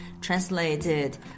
translated